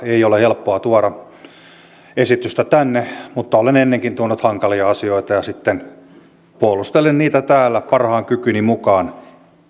ei ole helppoa tuoda esitystä tänne mutta olen ennenkin tuonut hankalia asioita ja sitten puolustelen niitä täällä parhaan kykyni mukaan